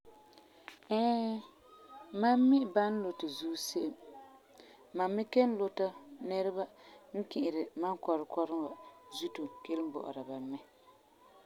Ɛɛ, mam mi ban luti zuo se'em. Mam me kelum luta nɛreba n ki'iri mam kɔrum kɔrum wa zuto bɔ'ɔra ba mɛ.